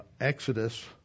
Exodus